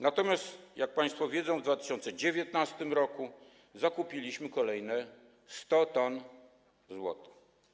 Natomiast jak państwo wiedzą, w 2019 r. zakupiliśmy kolejne 100 t złota.